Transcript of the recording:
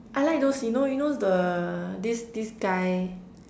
I like those you know you know the this this guy